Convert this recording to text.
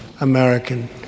American